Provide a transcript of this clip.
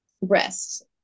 rest